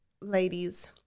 ladies